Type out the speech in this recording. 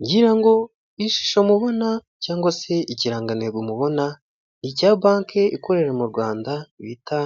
Ngira ngo ishusho mubona cyangwa se ikirangantego mubona ni icya banki ikorera mu Rwanda bita